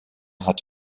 hat